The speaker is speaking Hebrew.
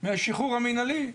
מהשחרור המינהלי.